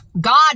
God